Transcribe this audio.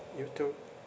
you too